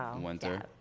winter